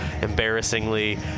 Embarrassingly